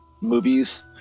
movies